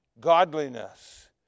godliness